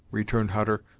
returned hutter,